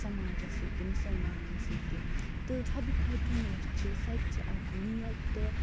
سَماجس سۭتۍ تہِ مسلمانن سۭتۍ تہِ تہٕ حبہٕ خوطوٗن یَس چھِ سۄ تہِ چھِ اکھ نیک تہٕ